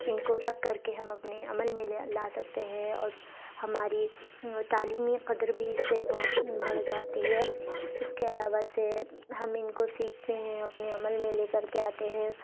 ان کو رکھ کر کے ہم اپنے عمل میں لا سکتے ہیں اور ہماری تعلیمی قدر بھی اس سے بہت بڑھ جاتی ہے اس کے علاوہ سے ہم ان کو سیکھتے ہیں اپنے عمل میں لے کر کے آتے ہیں